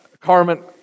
Carmen